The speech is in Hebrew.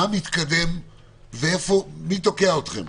מה מתקדם ומי תוקע אתכם?